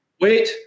wait